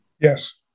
Yes